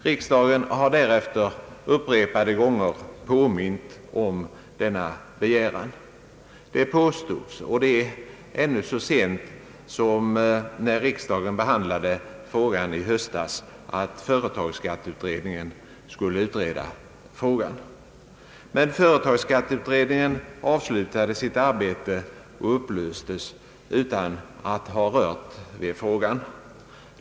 Riksdagen har därefter upprepade gånger påmint om denna begäran. Det påstods — och det så sent som när riksdagen behandlade ärendet i höstas — att företagsskatteutredningen skulle utreda frågan. Men företagsskatteutredningen avslutade sitt arbete och upplöstes utan att ha rört vid problemet.